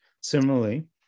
similarly